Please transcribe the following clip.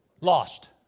Lost